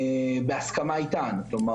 בהסכמה איתן, כלומר